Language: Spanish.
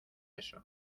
eso